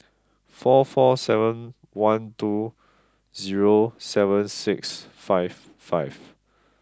four four seven one two zero seven six five five